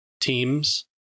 teams